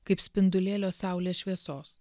kaip spindulėlio saulės šviesos